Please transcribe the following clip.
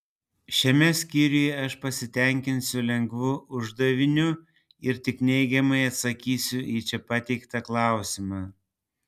šiame skyriuje aš pasitenkinsiu lengvu uždaviniu ir tik neigiamai atsakysiu į čia pateiktą klausimą